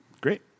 Great